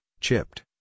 chipped